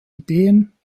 ideen